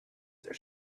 there